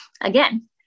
again